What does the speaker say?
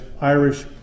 Irish